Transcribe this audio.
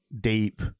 deep